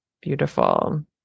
Beautiful